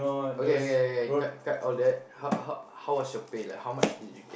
okay okay cut cut all that how how was your pay like how much did you